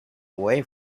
away